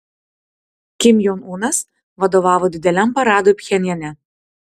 kim jong unas vadovavo dideliam paradui pchenjane